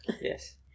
Yes